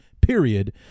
period